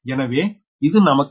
எனவே இது நமக்கு